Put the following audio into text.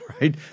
right